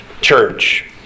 church